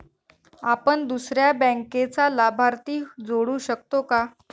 आपण दुसऱ्या बँकेचा लाभार्थी जोडू शकतो का?